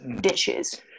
dishes